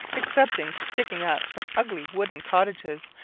excepting sticking up some ugly wooden cottages,